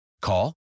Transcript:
Call